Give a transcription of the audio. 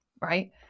right